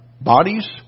bodies